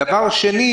דבר שני